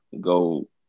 go –